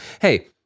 hey